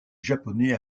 japonais